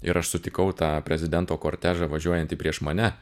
ir aš sutikau tą prezidento kortežą važiuojantį prieš mane